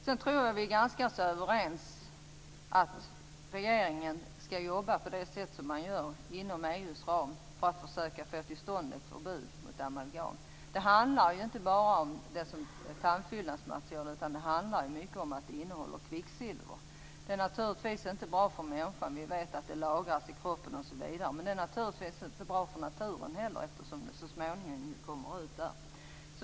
Jag tror att vi är ganska överens om att regeringen skall jobba på det sätt som den gör inom EU:s ram för att försöka få till stånd ett förbud mot amalgam. Det handlar inte bara om tandfyllnadsmaterialet, utan det handlar mycket om att det innehåller kvicksilver. Det är naturligtvis inte bra för människan. Vi vet att det lagras i kroppen, osv. Det är naturligtvis inte heller bra för naturen, eftersom det så småningom kommer ut där.